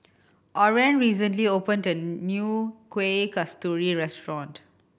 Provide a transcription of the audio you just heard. Oren recently opened a new Kuih Kasturi restaurant